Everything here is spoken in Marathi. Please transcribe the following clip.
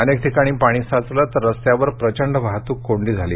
अनेक ठिकाणी पाणी साचलं तर रस्त्यांवर प्रचंड वाहतूक कोंडी झाली